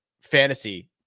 fantasy